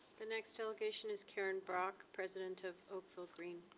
the next delegation is karen brock, president of oakville green.